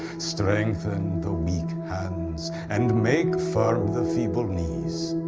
strengthen the weak hands, and make firm the feeble knees.